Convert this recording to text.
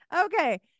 okay